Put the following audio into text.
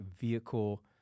vehicle